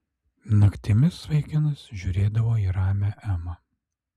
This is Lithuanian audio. naktimis vaikinas žiūrėdavo į ramią emą